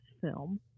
film